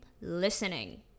listening